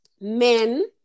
men